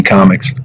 Comics